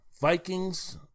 Vikings